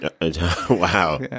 Wow